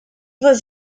was